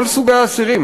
כל סוגי האסירים,